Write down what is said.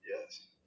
yes